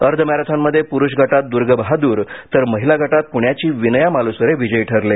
अर्ध मॅरेथॉनमध्ये प्रुष गटात दुर्ग बहादुर तर महीला गटात पुण्याची विनया मालुसरे विजयी ठरले